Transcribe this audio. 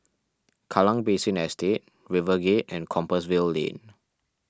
Kallang Basin Estate RiverGate and Compassvale Lane